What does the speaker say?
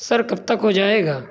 سر کب تک ہو جائے گا